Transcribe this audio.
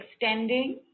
extending